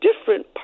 different